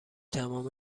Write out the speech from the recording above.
تمام